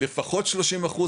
לפחות שלושים אחוז,